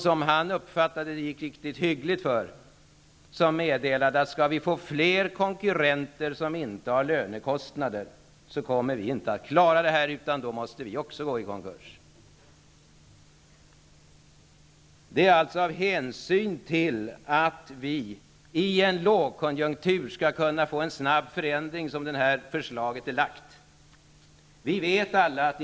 Norling uppfattade att det gick riktigt hyggligt för de här företagarna. Men dessa meddelade: Skall vi få fler konkurrenter som inte har lönekostnader kommer vi inte att klara oss, utan då måste vi också gå i konkurs. Det är alltså av hänsyn till att vi i en lågkonjunktur skall kunna få en snabb förändring som det här föreslaget lagts fram.